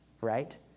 right